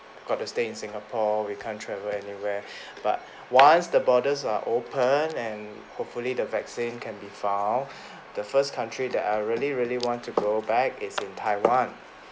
got to stay in singapore we can't travel anywhere but once the borders are open and hopefully the vaccine can be found the first country that I really really want to go back is in taiwan